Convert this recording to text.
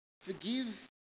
forgive